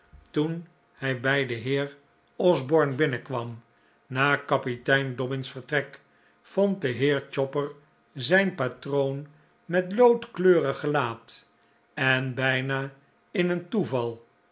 toen hij bij den heer osborne binnenkwam na kapitein dobbin's vertrek vond de heer chopper zijn patroon met loodkleurig gelaat en bijna in een toeval